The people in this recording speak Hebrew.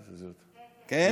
כן?